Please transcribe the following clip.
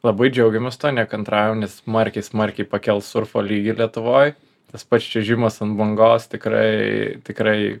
labai džiaugiamės tuo nekantraujam nes smarkiai smarkiai pakels surfo lygį lietuvoj tas pats čiuožimas ant bangos tikrai tikrai